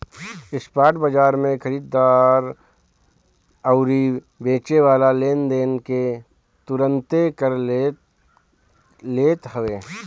spot बाजार में खरीददार अउरी बेचेवाला लेनदेन के तुरंते कर लेत हवे